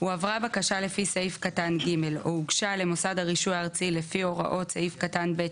לעשות סקירה של כל תוכניות,